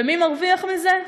ומי מרוויח מזה?